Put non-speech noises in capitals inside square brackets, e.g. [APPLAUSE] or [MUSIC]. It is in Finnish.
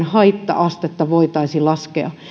[UNINTELLIGIBLE] haitta astetta voitaisiin laskea